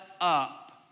up